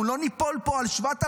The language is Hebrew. אנחנו לא ניפול פה על 7,000,